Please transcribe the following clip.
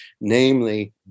namely